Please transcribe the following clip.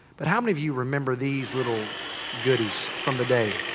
but how many of you remember these little goodies from the day?